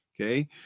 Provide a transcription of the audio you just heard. okay